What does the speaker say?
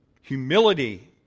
Humility